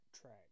track